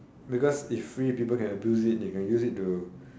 because if free people can abuse it they can use it to